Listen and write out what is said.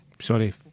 Sorry